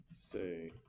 say